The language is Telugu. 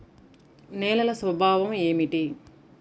నేలల స్వభావం ఏమిటీ?